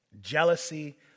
jealousy